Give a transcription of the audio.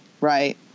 Right